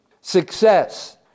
success